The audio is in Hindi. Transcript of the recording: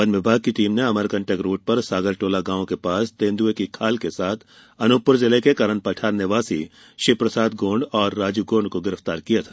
वन विभाग की टीम ने अमरकंटक रोड पर सागरटोला गांव के पास तेंदुए की खाल के साथ अनूपपुर जिले के करनपठार निवासी शिव प्रसाद गोंड और राजू गोंड को गिरफ्तार किया था